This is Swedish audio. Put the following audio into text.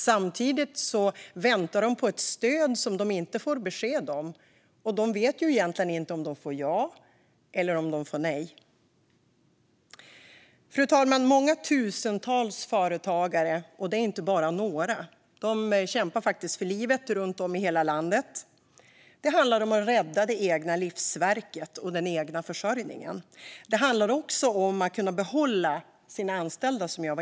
Samtidigt väntar de på ett stöd de inte får besked om, och de vet inte om de får ja eller nej. Fru talman! Många tusentals företagare runt om i landet kämpar för livet. Det handlar om att rädda det egna livsverket och den egna försörjningen. Det handlar som sagt också om att kunna behålla sina anställda.